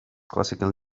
classical